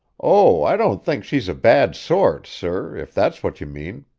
oh, i don't think she's a bad sort, sir, if that is what you mean.